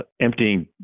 emptying